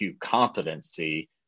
competency